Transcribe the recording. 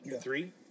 Three